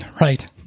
Right